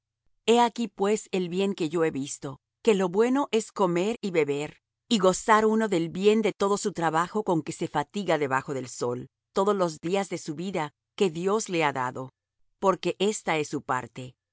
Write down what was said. he aquí pues el bien que yo he visto que lo bueno es comer y beber y gozar uno del bien de todo su trabajo con que se fatiga debajo del sol todos los días de su vida que dios le ha dado porque esta es su parte